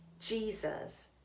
Jesus